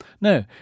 No